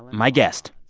my guest,